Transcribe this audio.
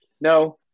no